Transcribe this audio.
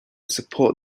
support